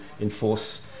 enforce